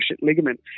ligament